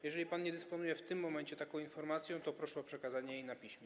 Jeżeli pan nie dysponuje w tym momencie taką informacją, to proszę o przekazanie jej na piśmie.